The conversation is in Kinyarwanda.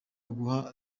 guha